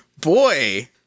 boy